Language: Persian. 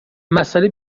مسئله